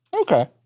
Okay